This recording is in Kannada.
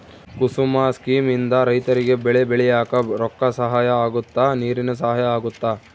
ಕುಸುಮ ಸ್ಕೀಮ್ ಇಂದ ರೈತರಿಗೆ ಬೆಳೆ ಬೆಳಿಯಾಕ ರೊಕ್ಕ ಸಹಾಯ ಅಗುತ್ತ ನೀರಿನ ಸಹಾಯ ಅಗುತ್ತ